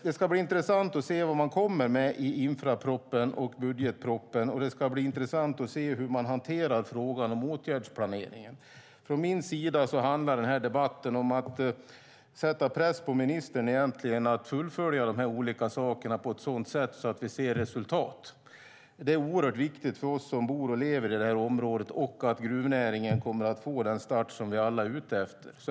Det ska bli intressant att se vad som kommer i infrastrukturpropositionen och budgetpropositionen. Det ska bli intressant att se hur man hanterar frågan om åtgärdsplaneringen. För mig handlar den här debatten om att sätta press på ministern att fullfölja de här olika sakerna på ett sådant sätt att vi ser resultat. Det är oerhört viktigt för oss som bor och lever i det här området att gruvnäringen kommer att få den start som vi alla är ute efter.